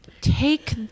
take